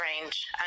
range